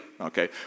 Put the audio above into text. okay